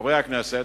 חברי הכנסת,